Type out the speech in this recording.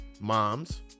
moms